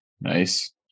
Nice